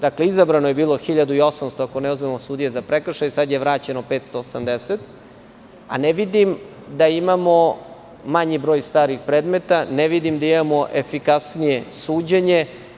Dakle, izabrano je bilo 1.800, ako ne znamo sudije za prekršaje, sada je vraćeno 580, a ne vidim da imamo manji broj starih predmeta, ne vidim da imamo efikasnije suđenje.